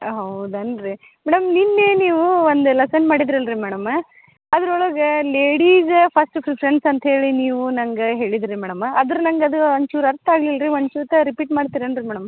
ಹೌದೇನ್ರೀ madam ನೆನ್ನೆ ನೀವು ಒಂದು ಲೆಸನ್ ಮಾಡಿದ್ದಿರಲ್ರಿ ಮೇಡಮ್ಮ ಅದ್ರೊಳಗೆ ಲೇಡೀಜ ಫಸ್ಟ್ ಫ್ರಿಫೆರನ್ಸ್ ಅಂತ ಹೇಳಿ ನೀವು ನಂಗೆ ಹೇಳಿದಿರಿ ಮೇಡಮ್ಮ ಆದ್ರೆ ನಂಗೆ ಅದು ಒಂಚೂರು ಅರ್ಥ ಆಗಲಿಲ್ರಿ ಒಂದು ಸಲ ರಿಪೀಟ್ ಮಾಡ್ತಿರೇನು ರೀ ಮೇಡಮ್